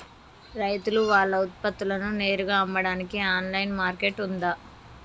రైతులు వాళ్ల ఉత్పత్తులను నేరుగా అమ్మడానికి ఆన్లైన్ మార్కెట్ ఉందా?